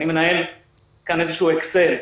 אני מנהל כאן איזשהו אקסל,